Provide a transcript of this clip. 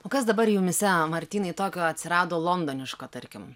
o kas dabar jumyse martynai tokio atsirado londoniško tarkim